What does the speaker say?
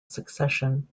succession